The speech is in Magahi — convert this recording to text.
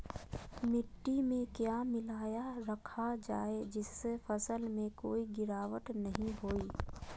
मिट्टी में क्या मिलाया रखा जाए जिससे फसल में कोई गिरावट नहीं होई?